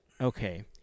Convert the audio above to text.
Okay